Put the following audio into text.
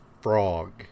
Frog